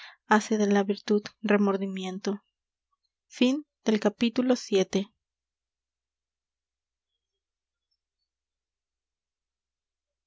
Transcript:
hace de la virtud remordimiento amor